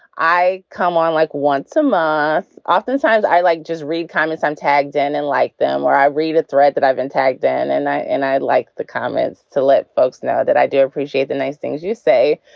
i come on, like once a month. oftentimes i like just read comments. i'm tagged and and like them or i read a thread that i've been tagged in and i and i like the comments to let folks know that i do appreciate the nice things you say.